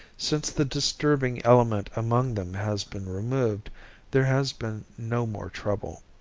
since the disturbing element among them has been removed there has been no more trouble.